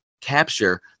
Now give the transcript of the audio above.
capture